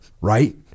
right